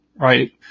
right